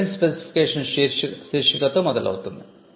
patent specification శీర్షికతో మొదలౌతుంది